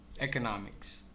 economics